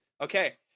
Okay